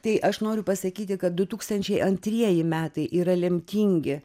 tai aš noriu pasakyti kad du tūkstančiai antrieji metai yra lemtingi